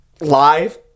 live